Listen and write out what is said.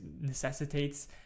necessitates